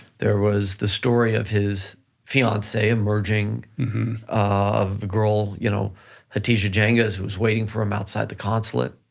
there was the story of his fiancee emerging of the girl, you know hatice yeah cengiz was waiting for him outside the consulate,